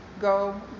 Go